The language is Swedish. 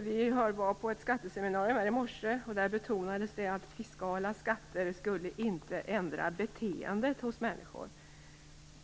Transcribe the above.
Vi var på ett skatteseminarium i morse, och där betonades det att fiskala skatter inte skulle ändra beteendet hos människor.